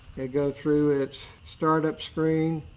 go through its startup screen.